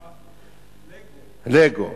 לגו.